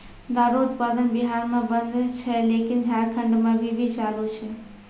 दारु उत्पादन बिहार मे बन्द छै लेकिन झारखंड मे अभी भी चालू छै